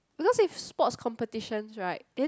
because if sports competition right then